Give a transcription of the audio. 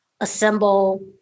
assemble